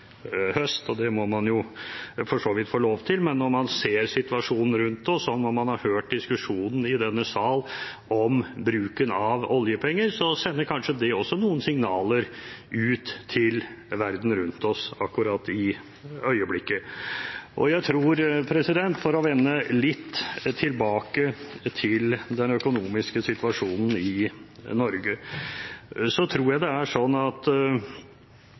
høst. Det må man for så vidt få lov til, men når man ser situasjonen rundt seg, og når man har hørt diskusjonen i denne sal om bruken av oljepenger, sender det kanskje også noen signaler ut til verden rundt oss akkurat i øyeblikket. For å vende litt tilbake til den økonomiske situasjonen i Norge: Jeg tror vi må se i øynene at